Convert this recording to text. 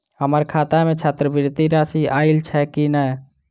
हम्मर खाता मे छात्रवृति राशि आइल छैय की नै?